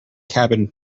cabin